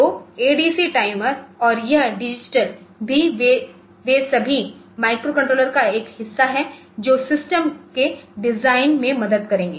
तो ADC timer और यह डिजिटल भी वे सभी माइक्रोकंट्रोलर का हिस्सा हैं जो सिस्टम के डिजाइन में मदद करते हैं